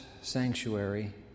sanctuary